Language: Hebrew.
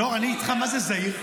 נאור, אני איתך מה זה זהיר.